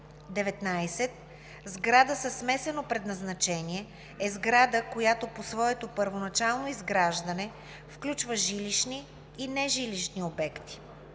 19. „Сграда със смесено предназначение“ е сграда, която по своето първоначално изграждане включва жилищни и нежилищни обекти.